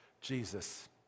Jesus